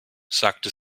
sagte